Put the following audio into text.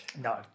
No